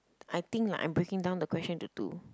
I think I'm breaking down the question into two